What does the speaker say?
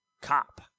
cop